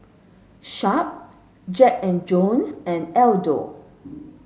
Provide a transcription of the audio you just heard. Sharp Jack and Jones and Aldo